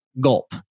Gulp